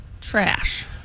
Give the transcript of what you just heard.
trash